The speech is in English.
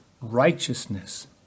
righteousness